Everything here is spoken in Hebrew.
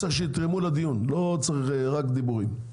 שיתרמו לדיון, לא צריך רק דיבורים.